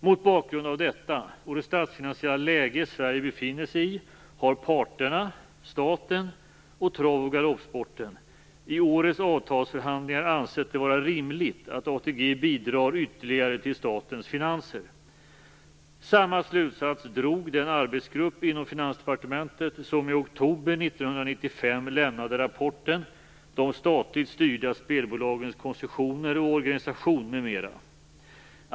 Mot bakgrund av detta och av det statsfinansiella läge Sverige befinner sig i har parterna, staten och trav och galoppsporten, i årets avtalsförhandlingar ansett det vara rimligt att ATG bidrar ytterligare till statens finanser. Samma slutsats drog den arbetsgrupp inom Finansdepartementet som i oktober 1995 lämnade rapporten De statligt styrda spelbolagens koncessioner och organisation m.m.